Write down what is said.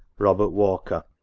robert walker.